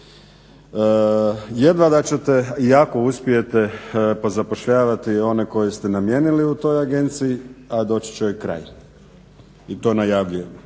Jedva da ćete i ako uspijete pozapošljavati one koje ste namijenili u toj agenciji, a doći će joj kraj. I to najavljujem